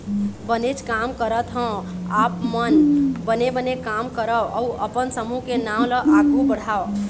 बनेच काम करत हँव आप मन बने बने काम करव अउ अपन समूह के नांव ल आघु बढ़ाव